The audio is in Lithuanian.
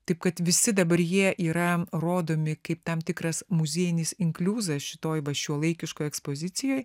taip kad visi dabar jie yra rodomi kaip tam tikras muziejinis inkliuzas šitoj va šiuolaikiškoj ekspozicijoj